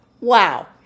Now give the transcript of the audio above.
Wow